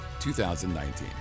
2019